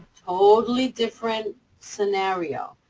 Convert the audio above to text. totally different scenarios.